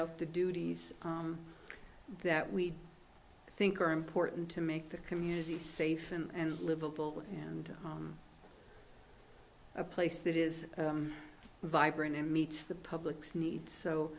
out the duties that we think are important to make the community safe and livable and a place that is vibrant and meets the public's needs so